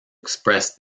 express